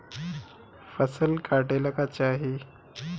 फसल काटेला का चाही?